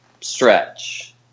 stretch